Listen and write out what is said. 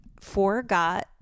forgot